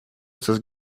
estas